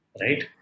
Right